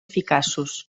eficaços